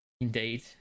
Indeed